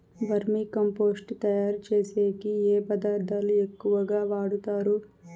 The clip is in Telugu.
వర్మి కంపోస్టు తయారుచేసేకి ఏ పదార్థాలు ఎక్కువగా వాడుతారు